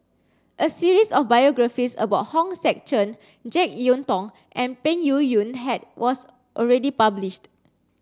a series of biographies about Hong Sek Chern Jek Yeun Thong and Peng Yuyun had was already published